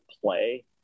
play